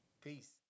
Peace